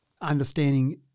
understanding